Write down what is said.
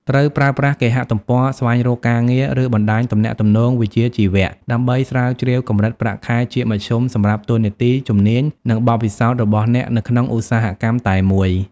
ត្រូវ ប្រើប្រាស់គេហទំព័រស្វែងរកការងារ ឬបណ្ដាញទំនាក់ទំនងវិជ្ជាជីវៈ ដើម្បីស្រាវជ្រាវកម្រិតប្រាក់ខែជាមធ្យមសម្រាប់ តួនាទី ជំនាញ និងបទពិសោធន៍ របស់អ្នកនៅក្នុងឧស្សាហកម្មតែមួយ។